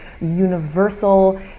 universal